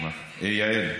יעל.